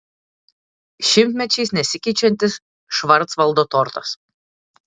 šimtmečiais nesikeičiantis švarcvaldo tortas